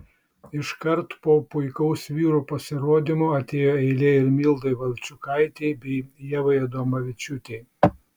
iškart po puikaus vyrų pasirodymo atėjo eilė ir mildai valčiukaitei bei ievai adomavičiūtei